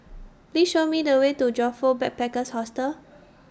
Please Show Me The Way to Joyfor Backpackers' Hostel